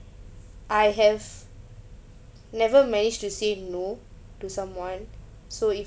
I have never managed to say no to someone so if